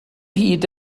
hyd